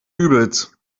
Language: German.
übels